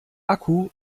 akku